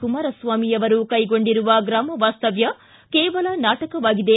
ಕುಮಾರಸ್ವಾಮಿ ಅವರು ಕೈಗೊಂಡಿರುವ ಗ್ರಾಮ ವಾಸ್ತವ್ದ ಕೇವಲ ನಾಟಕವಾಗಿದೆ